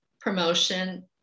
promotion